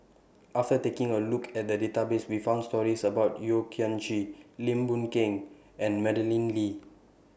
after taking A Look At The Database We found stories about Yeo Kian Chye Lim Boon Keng and Madeleine Lee